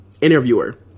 Interviewer